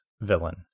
villain